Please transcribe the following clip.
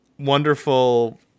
Wonderful